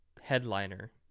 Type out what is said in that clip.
headliner